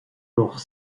leurs